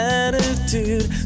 attitude